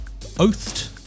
oathed